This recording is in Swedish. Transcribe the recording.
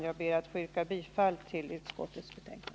Jag ber att få yrka bifall till utskottets hemställan.